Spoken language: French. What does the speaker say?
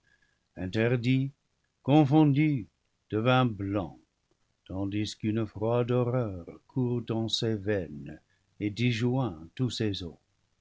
interdit confondu devint blanc tandis qu'une froide horreur court dans ses veines et disjoint tous ses